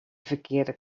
ferkearde